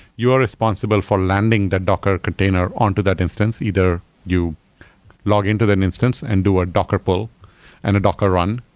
you are responsible for landing the docker container on to that instance, either you log in to that and instance and do a docker pull and a docker run.